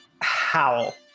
howl